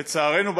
לצערנו,